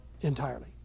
entirely